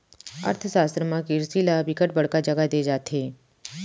अर्थसास्त्र म किरसी ल बिकट बड़का जघा दे जाथे